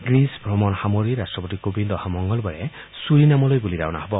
Greece ভ্ৰমণ সামৰি ৰাট্টপতি কোবিন্দ অহা মঙলবাৰে ছূৰীনামলৈ বুলি ৰাওনা হ'ব